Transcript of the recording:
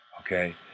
Okay